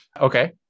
Okay